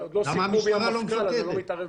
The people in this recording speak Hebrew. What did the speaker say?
המשטרה לא הייתה המפקדת.